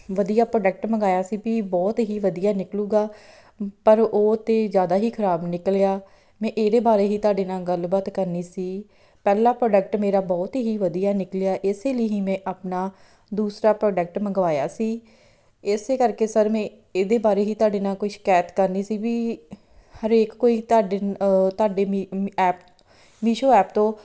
ਵਧੀਆ ਪ੍ਰੋਡਕਟ ਮੰਗਵਾਇਆ ਸੀ ਵੀ ਬਹੁਤ ਹੀ ਵਧੀਆ ਨਿਕਲੂਗਾ ਪਰ ਉਹ ਤਾਂ ਜ਼ਿਆਦਾ ਹੀ ਖਰਾਬ ਨਿਕਲਿਆ ਮੈਂ ਇਹਦੇ ਬਾਰੇ ਹੀ ਤੁਹਾਡੇ ਨਾਲ ਗੱਲਬਾਤ ਕਰਨੀ ਸੀ ਪਹਿਲਾ ਪ੍ਰੋਡਕਟ ਮੇਰਾ ਬਹੁਤ ਹੀ ਵਧੀਆ ਨਿਕਲਿਆ ਇਸ ਲਈ ਹੀ ਮੈਂ ਆਪਣਾ ਦੂਸਰਾ ਪ੍ਰੋਡਕਟ ਮੰਗਵਾਇਆ ਸੀ ਇਸ ਕਰਕੇ ਸਰ ਮੈਂ ਇਹਦੇ ਬਾਰੇ ਹੀ ਤੁਹਾਡੇ ਨਾਲ ਕੋਈ ਸ਼ਿਕਾਇਤ ਕਰਨੀ ਸੀ ਵੀ ਹਰੇਕ ਕੋਈ ਤੁਹਾਡੇ ਤੁਹਾਡੇ ਮੀ ਐਪ ਮੀਸ਼ੋ ਐਪ ਤੋਂ